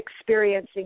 experiencing